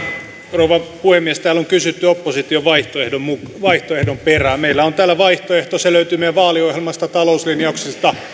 rouva puhemies täällä on kysytty opposition vaihtoehdon perään meillä on täällä vaihtoehto se löytyy meidän vaaliohjelmastamme talouslinjauksesta